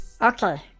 Okay